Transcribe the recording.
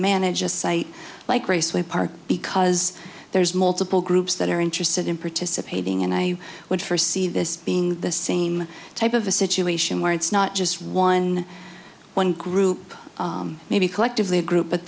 manage a site like raceway park because there's multiple groups that are interested in participating and i would first see this being the same type of a situation where it's not just one one group maybe collectively a group but